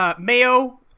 Mayo